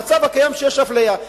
במצב הקיים יש אפליה.